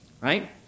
right